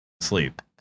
sleep